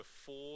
four